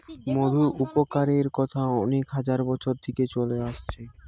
মধুর উপকারের কথা অনেক হাজার বছর থিকে চলে আসছে